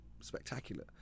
Spectacular